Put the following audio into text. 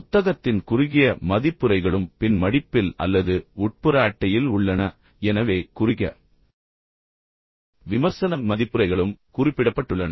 புத்தகத்தின் குறுகிய மதிப்புரைகளும் பின் மடிப்பில் அல்லது உட்புற அட்டையில் உள்ளன எனவே குறுகிய விமர்சன மதிப்புரைகளும் குறிப்பிடப்பட்டுள்ளன